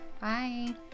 bye